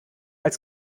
als